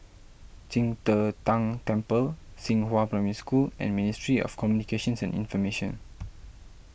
Qing De Tang Temple Xinghua Primary School and Ministry of Communications and Information